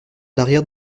l’arrière